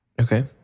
Okay